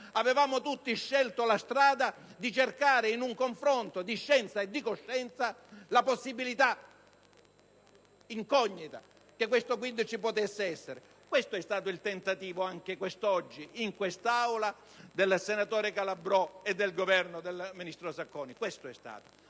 avevamo tutti scelto la strada di cercare, in un confronto di scienza e di coscienza, la possibilità incognita che questo *quid* potesse esservi. Questo è stato il tentativo compiuto, anche quest'oggi in quest'Aula, da parte del senatore Calabrò e del Governo ad opera del ministro Sacconi.